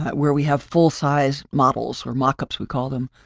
where we have full size models or mock ups, we call them,